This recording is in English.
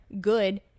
good